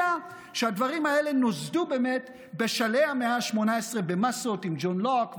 יודע שהדברים האלה נוסדו באמת בשלהי המאה ה-18 במסות של ג'ון לוק,